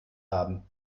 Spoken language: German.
haben